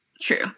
True